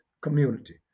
community